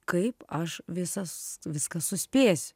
kaip aš visas viską suspėsiu